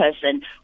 person